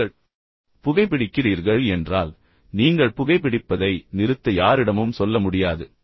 நீங்கள் புகைபிடிக்கிறீர்கள் என்றால் நீங்கள் புகைபிடிப்பதை நிறுத்த யாரிடமும் சொல்ல முடியாது